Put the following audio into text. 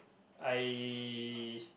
I